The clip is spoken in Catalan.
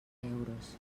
euros